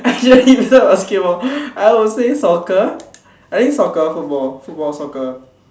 actually basketball I will say soccer I think soccer football football soccer